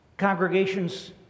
Congregations